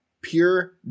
pure